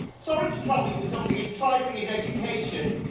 sorry to trouble you with something as trifling as education.